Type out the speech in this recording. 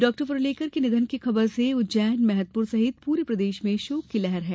doctor Parulekar के निधन की खबर से उज्जैन महिदपुर सहित पूरे प्रदेश में शोक की लहर है